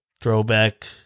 throwback